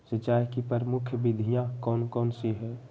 सिंचाई की प्रमुख विधियां कौन कौन सी है?